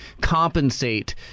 compensate